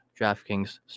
DraftKings